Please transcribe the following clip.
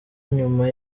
nyuma